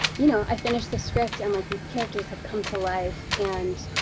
you know, i finished the script and like these characters have come to life and